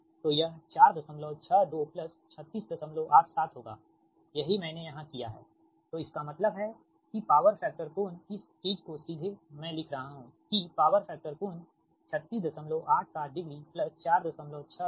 तो यह 462 3687 होगा यही मैंने यहां किया है तो इसका मतलब है कि पावर फैक्टर कोण इस चीज को सीधे मैं लिख रहा हूं कि पावर फैक्टर कोण 36870 462 है